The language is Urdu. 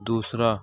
دوسرا